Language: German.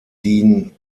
dean